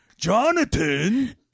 Jonathan